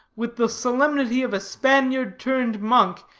with the solemnity of a spaniard turned monk,